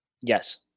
Yes